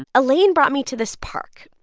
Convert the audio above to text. elaine brought me to this park,